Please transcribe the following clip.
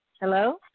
Hello